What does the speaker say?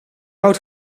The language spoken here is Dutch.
out